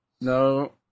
No